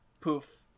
Poof